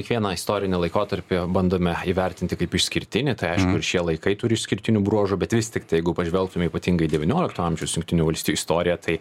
kiekvieną istorinį laikotarpį bandome įvertinti kaip išskirtinį tai aišku ir šie laikai turi išskirtinių bruožų bet vis tiktai jeigu pažvelgtumėme ypatingai į devyniolikto amžiaus jungtinių valstijų istoriją tai